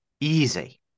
Easy